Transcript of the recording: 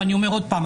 ואני אומר עוד פעם,